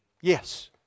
Yes